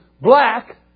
black